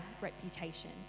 reputation